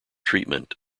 treatment